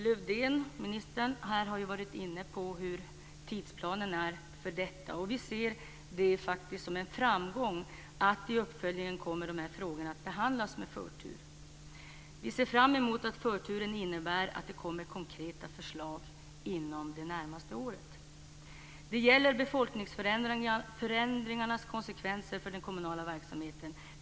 Statsrådet Lövdén har här varit inne på tidsplanen för detta arbete. Vi ser det faktiskt som en framgång att de här frågorna kommer att behandlas med förtur i uppföljningen. Vi ser fram emot att detta innebär att det skall komma konkreta förslag inom det närmaste året. Det gäller befolkningsförändringarnas konsekvenser för den kommunala verksamheten.